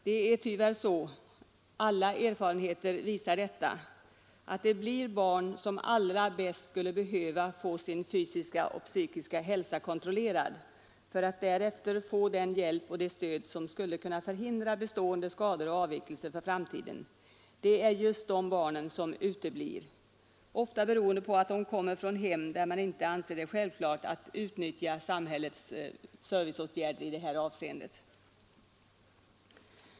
Det är tyvärr så — all erfarenhet visar detta — att just de barn som uteblir från undersökningen allra bäst skulle behöva få sin fysiska och psykiska hälsa kontrollerad för att därefter få den hjälp och det stöd som skulle kunna förhindra bestående skador och avvikelser för framtiden. Ofta beror detta på att de kommer från hem där man inte anser det självklart att utnyttja samhällets service i det här avseendet.